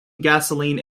gasoline